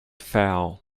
foul